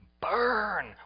burn